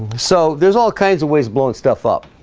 so there's all kinds of ways blowing stuff up,